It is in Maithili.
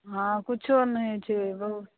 हँ किछो नहि छै बहुत